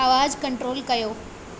आवाज़ कंट्रोल कयो